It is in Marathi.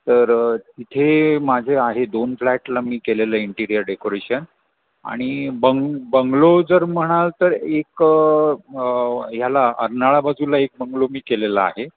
तर इथे माझे आहे दोन फ्लॅटला मी केलेलं इंटिरियर डेकोरेशन आणि बंग बंगलो जर म्हणाल तर एक ह्याला अर्नाळा बाजूला एक बंगलो मी केलेला आहे